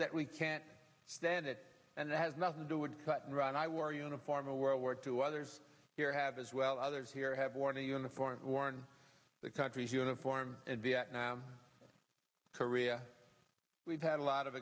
that we can't stand it and it has nothing to do would cut and run i wore a uniform in world war two others here have as well others here have worn a uniform worn the country's uniform in vietnam korea we've had a lot of